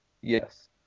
Yes